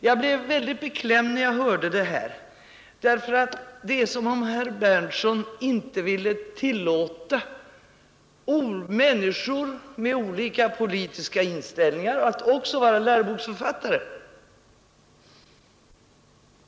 Jag blev ytterst betänksam när jag hörde herr Berndtson, ty det verkar som om herr Berndtson inte ville tillåta människor med olikartad politisk inställning att också vura läroboksförfattare.